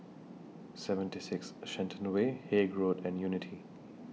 seventy six Shenton Way Haig Road and Unity